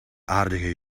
aardige